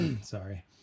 sorry